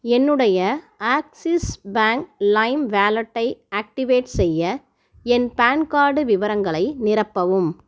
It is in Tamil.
என்னுடைய ஆக்ஸிஸ் பேங்க் லைம் வாலெட்டை ஆக்டிவேட் செய்ய என் பான் கார்டு விவரங்களை நிரப்பவும்